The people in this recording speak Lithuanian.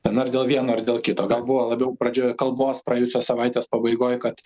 ten ar dėl vieno ir dėl kito gal buvo labiau pradžioje kalbos praėjusios savaitės pabaigoj kad